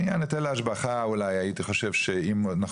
בעניין היטל ההשבחה אולי הייתי חושב שאם אנחנו